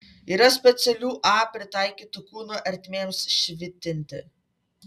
yra specialių a pritaikytų kūno ertmėms švitinti